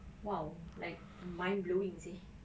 !wow! like mind blowing seh